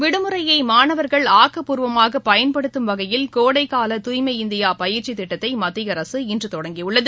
விடுமுறையை மாணவர்கள் ஆக்கப்பூர்வமாக பயன்படுத்தும் வகையில் கோடைக்கால தூய்மை இந்தியா பயிற்சி திட்டத்தை மத்திய அரசு இன்று தொடங்கியுள்ளது